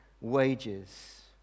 wages